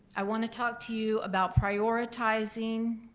i want to talk to you about prioritizing,